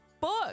book